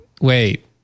Wait